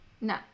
No